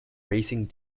racing